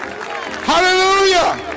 Hallelujah